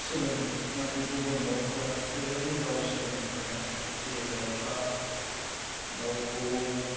सोलोङो नाथाय गुबुन दाउफोरा बेबायदि राव सोलोंनो हाया जेरै दाउखा दाउ खौवौ